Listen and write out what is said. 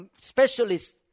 specialists